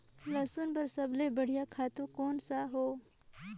लसुन बार सबले बढ़िया खातु कोन सा हो?